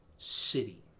city